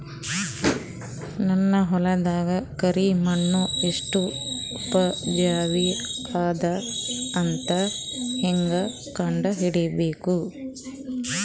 ನನ್ನ ಹೊಲದ ಕರಿ ಮಣ್ಣು ಎಷ್ಟು ಉಪಜಾವಿ ಅದ ಅಂತ ಹೇಂಗ ಕಂಡ ಹಿಡಿಬೇಕು?